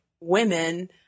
women